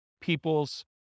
people's